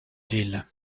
ville